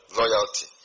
Loyalty